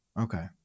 Okay